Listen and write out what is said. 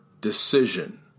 decision